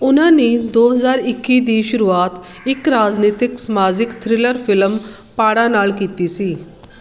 ਉਨ੍ਹਾਂ ਨੇ ਦੋ ਹਜ਼ਾਰ ਇੱਕੀ ਦੀ ਸ਼ੁਰੂਆਤ ਇੱਕ ਰਾਜਨੀਤਿਕ ਸਮਾਜਿਕ ਥ੍ਰਿਲਰ ਫਿਲਮ ਪਾੜਾ ਨਾਲ ਕੀਤੀ ਸੀ